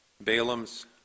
Balaam's